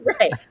Right